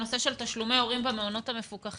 ברשותך הנושא של תשלומי הורים במעונות המפוקחים.